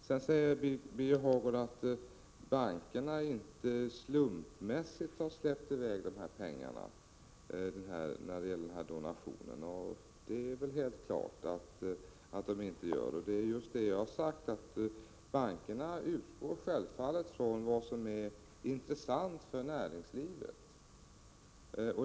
Birger Hagård säger sedan att bankerna inte slumpmässigt har släppt iväg de pengar som de donerat, och det är helt klart att de inte gör så. Det är just det jag har sagt: att bankerna självfallet utgår från vad som är intressant för näringslivet.